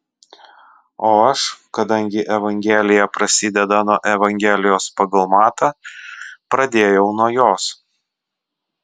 o aš kadangi evangelija prasideda nuo evangelijos pagal matą pradėjau nuo jos